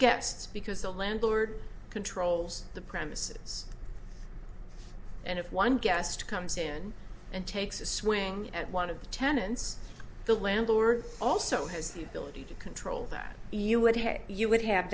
guests because the landlord controls the premises and if one guest comes in and takes a swing at one of the tenants the landlord also has the ability to control that you would have you would have